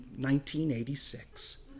1986